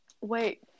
Wait